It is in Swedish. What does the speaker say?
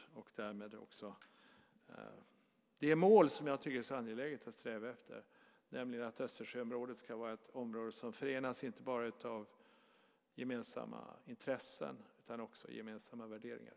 Det handlar därmed också om det mål som jag tycker är så angeläget att sträva efter, nämligen att Östersjöområdet ska vara ett område som förenas inte bara av gemensamma intressen utan också av gemensamma värderingar.